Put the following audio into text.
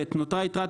נותרה יתרה,